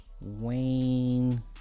Wayne